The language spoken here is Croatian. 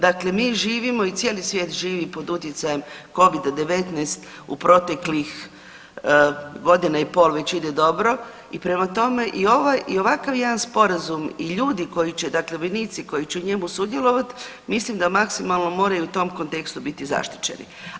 Dakle, mi živimo i cijeli živi pod utjecajem Covida-19 u proteklih godina i pol već ide dobro, prema tome i ovakav jedan Sporazum i ljudi koji će, dakle vojnici koji će u njemu sudjelovati, mislim da maksimalno moraju u tom kontekstu biti zaštićeni.